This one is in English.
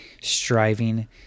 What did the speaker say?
striving